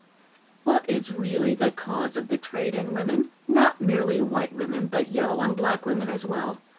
what is really the cause of the trade in women? not merely white women, but yellow and black women as well.